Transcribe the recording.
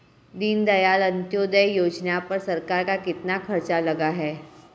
दीनदयाल अंत्योदय योजना पर सरकार का कितना खर्चा लगा है?